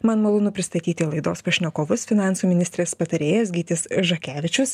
man malonu pristatyti laidos pašnekovus finansų ministrės patarėjas gytis žakevičius